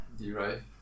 derive